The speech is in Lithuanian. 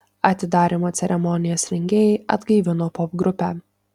atidarymo ceremonijos rengėjai atgaivino popgrupę